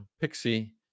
Pixie